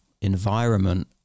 environment